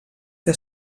que